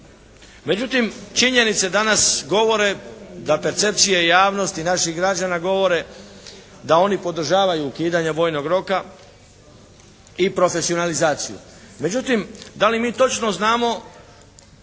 Međutim, činjenice danas govore da percepcije javnosti naših građana govore da oni podržavaju ukidanje vojnog roka i profesionalizaciju. Međutim, da li mi točno znamo